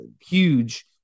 huge